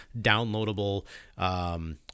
downloadable